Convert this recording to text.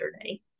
yesterday